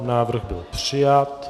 Návrh byl přijat.